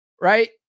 right